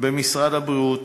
במשרד הבריאות,